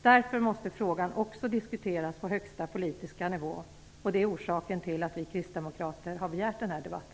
Därför måste frågan också diskuteras på högsta politiska nivå, och det är orsaken till att vi kristdemokrater har begärt denna debatt.